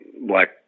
black